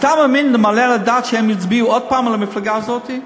אתה מאמין ומעלה על הדעת שהם יצביעו עוד הפעם למפלגה הזאת?